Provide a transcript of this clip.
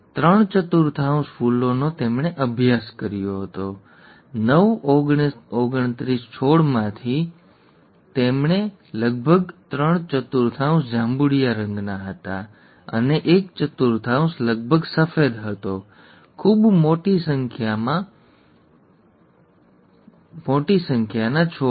ત્રણ ચતુર્થાંશ ફૂલોનો તેમણે અભ્યાસ કર્યો હતો નવ ઓગણત્રીસ છોડમાંથી લગભગ ત્રણ ચતુર્થાંશ જાંબુડિયા રંગના હતા અને એક ચતુર્થાંશ લગભગ સફેદ હતો ખૂબ મોટી સંખ્યામાં છોડમાં